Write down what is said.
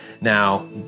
Now